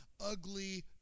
ugly